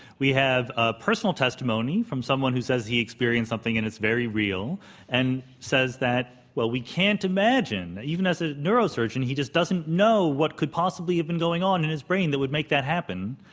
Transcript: we have ah personal testimony from someone who says he experienced something, and it's very real and says that, well, we can't imagine that, even as a neurosurgeon, he just doesn't know what could possibly have been going on in his brain that would make that happen,